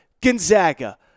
Gonzaga